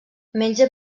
menja